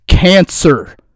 cancer